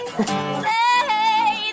hey